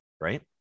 right